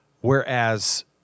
Whereas